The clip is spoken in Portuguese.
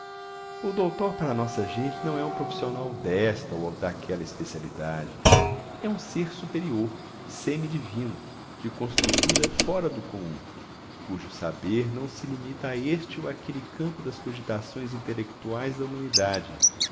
o doutor para a nossa gente não é um profissional desta ou daquela especialidade é um ser superior semidivino de construtura fora do comum cujo saber não se limita a este ou aquele campo das cogitações intelectuais da humanidade